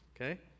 Okay